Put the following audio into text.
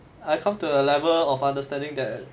I come to a level of understanding that